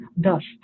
dust